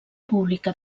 pública